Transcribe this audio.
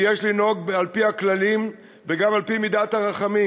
ויש לנהוג על-פי הכללים וגם על-פי מידת הרחמים.